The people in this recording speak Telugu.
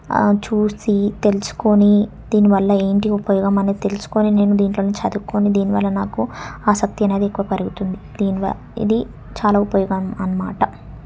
చూసి తెలుసుకొని దీని వల్ల ఏంటి ఉపయోగం అనేది తెలుసుకొని నేను దీంట్లోనే చదువుకొని దీని వల్ల నాకు ఆసక్తి అనేది ఎక్కువ పెరుగుతుంది దీని వల్ల ఇది చాలా ఉపయోగం అన్నమాట